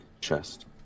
chest